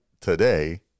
today